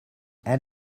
and